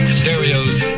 stereos